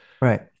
Right